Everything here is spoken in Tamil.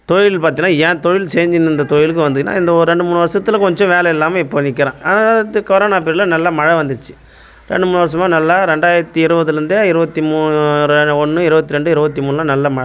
தொழில் பார்த்தீங்கன்னா என் தொழில் செஞ்சின்னு இருந்த தொழிலுக்கு வந்தீன்னா இந்த ஒரு ரெண்டு மூணு வருஷத்துல கொஞ்சம் வேலை இல்லாமல் இப்போது நிற்கிறேன் ஆனால் அடுத்து கொரோனா பிரியட்டில் நல்லா மழை வந்துச்சி ரெண்டு மூணு வருஷமா நல்லா ரெண்டாயிரத்தி இருபதுலேர்ந்தே இருபத்தி மூணு ஒன்று இருபத்தி ரெண்டு இருபத்தி மூணுலாம் நல்ல மழை தான்